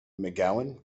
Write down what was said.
mcgowan